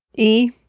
e,